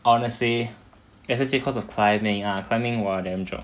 honesty as in because of climbing lah climbing !wah! damn xiong